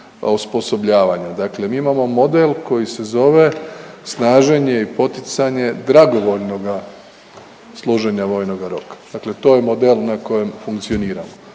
osposobljavanja. Dakle, mi imamo model koji se zove snaženje i poticanje dragovoljnoga služenja vojnoga roka. Dakle, to je model na kojem funkcioniramo.